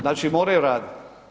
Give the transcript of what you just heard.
Znači moraju raditi.